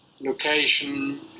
location